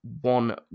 one